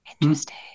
interesting